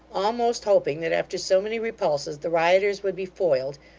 almost hoping that after so many repulses the rioters would be foiled,